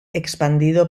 expandido